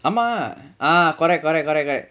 ah ah correct correct correct correct